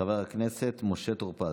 חבר הכנסת משה טור פז.